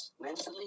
Mentally